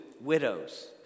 widows